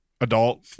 adult